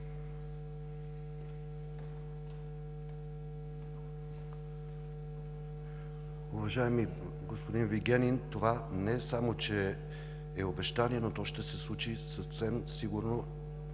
Уважаеми господин Вигенин, това не само че е обещание, но то ще се случи съвсем сигурно